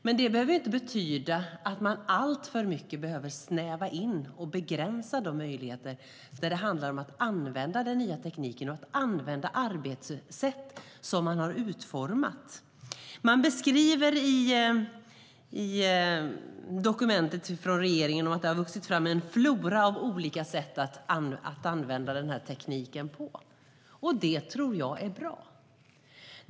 Men det betyder inte att man ska snäva in och begränsa möjligheterna alltför mycket när det handlar om att använda den nya tekniken och använda arbetssätt som man har utformat. Man beskriver i dokumentet från regeringen att det har vuxit fram en flora av olika sätt att använda den här tekniken. Det tror jag är bra.